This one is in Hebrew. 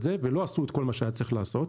זה ולא עשו את כל מה שהיה צריך לעשות.